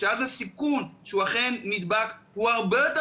שאז הסיכון שהוא אכן נדבק הוא הרבה יותר